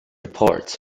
reports